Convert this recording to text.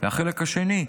החלק השני,